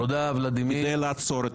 זאת כדי לעצור את